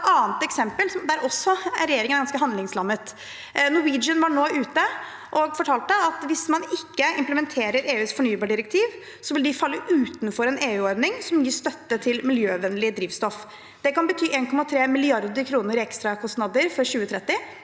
meg ta et annet eksempel der regjeringen også er ganske handlingslammet: Norwegian var nå ute og fortalte at hvis man ikke implementerer EUs fornybardirektiv, vil de falle utenfor en EU-ordning som gir støtte til miljøvennlig drivstoff. Det kan bety 1,3 mrd. kr i ekstra kostnader fra 2030,